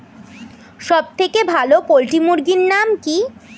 সবথেকে ভালো পোল্ট্রি মুরগির নাম কি?